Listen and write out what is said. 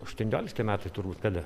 aštuoniolikti metai turbūt kada